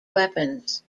weapons